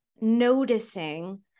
noticing